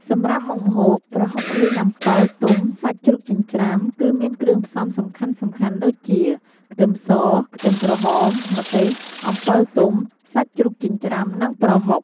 សម្រាប់មុខម្ហូប ប្រហុកលីងអំពិលទុំសាច់ជ្រូកចិញ្ច្រាំ គឺមានគ្រឿងផ្សំសំខាន់ៗដូចជា ខ្ទឹមស ខ្ទឹមក្រហម ម្ទេស អំពិលទុំ សាច់ជ្រូកចិញ្ច្រាំ និងប្រហុក។